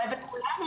אין כאן